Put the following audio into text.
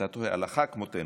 ההלכה כמותנו".